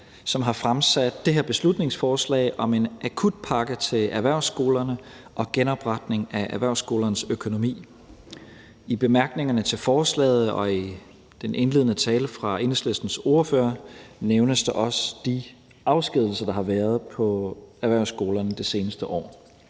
som har fremsat det her beslutningsforslag om en akutpakke til erhvervsskolerne og om genopretning af erhvervsskolernes økonomi. I bemærkningerne til forslaget og i den indledende tale fra Enhedslistens ordfører nævnes der også de afskedigelser, der har været på erhvervsskolerne det seneste år.